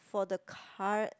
for the card